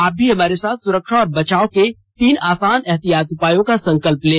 आप भी हमारे साथ सुरक्षा और बचाव के तीन आसान एहतियाती उपायों का संकल्प लें